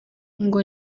ngo